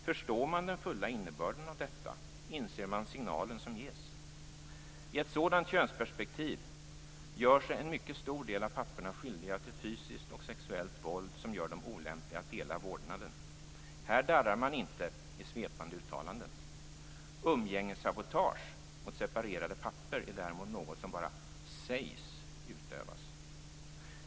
Förstår man den fulla innebörden av detta? Inser man signalen som ges? I ett sådant könsperspektiv gör sig en mycket stor del av papporna skyldiga till fysiskt och sexuellt våld, vilket gör dem olämpliga att dela vårdnaden - här tvekar man inte att komma med svepande uttalanden. Umgängessabotage mot separerade pappor är däremot något som bara "sägs" utövas.